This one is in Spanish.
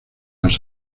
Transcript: nos